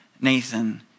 Nathan